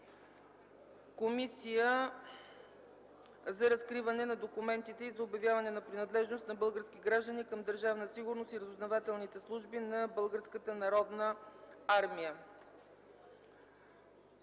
Комисия за разкриване на документите и за обявяване на принадлежност на български граждани към Държавна сигурност и разузнавателните служби на